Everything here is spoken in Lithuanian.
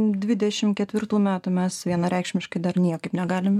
dvidešim ketvirtų metų mes vienareikšmiškai dar niekaip negalim